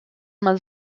man